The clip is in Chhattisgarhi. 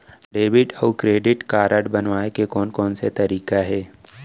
डेबिट अऊ क्रेडिट कारड बनवाए के कोन कोन से तरीका हे?